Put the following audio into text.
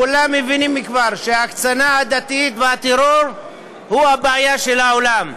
כולם מבינים כבר שההקצנה הדתית והטרור הם הבעיה של העולם.